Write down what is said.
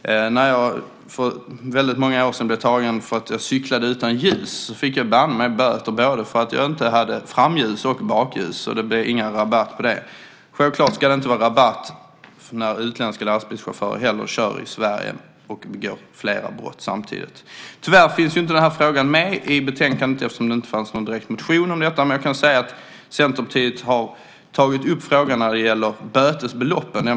När jag för väldigt många år sedan cyklade utan ljus fick jag böter både för att jag saknade framljus och bakljus. Det blev ingen rabatt på det. Självklart ska det inte vara rabatt när utländska lastbilschaufförer kör i Sverige och begår flera brott samtidigt. Den här frågan finns tyvärr inte med i betänkandet eftersom det inte fanns någon direkt motion om detta. Centerpartiet har tagit upp frågan när det gäller bötesbelopp.